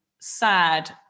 sad